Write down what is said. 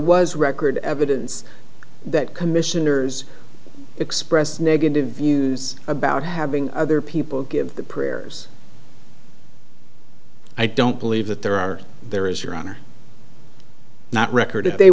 was record evidence that commissioners expressed negative views about having other people give the prayers i don't believe that there are there is your honor not record if they